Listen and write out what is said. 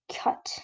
cut